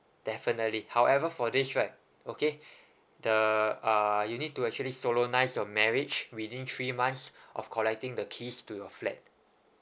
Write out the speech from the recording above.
definitely however for this right okay the uh you need to actually solemnise your marriage within three months of collecting the keys to your flat